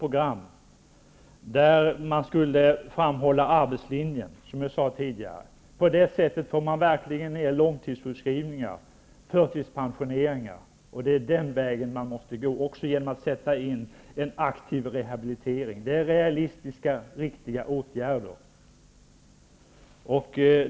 Vi lade då fast ett helt program, där arbetslinjen framhölls. På det sättet får man verkligen ner antalet långtidssjukskrivningar och förtidspensioneringar. Det är den vägen man måste gå, genom att sätta in en aktiv rehabilitering. Det är realistiska och riktiga åtgärder.